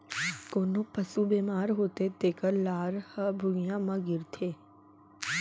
कोनों पसु बेमार होथे तेकर लार ह भुइयां म गिरथे